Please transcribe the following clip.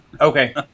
Okay